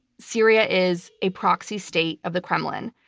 syria is a proxy state of the kremlin.